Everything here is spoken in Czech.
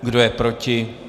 Kdo je proti?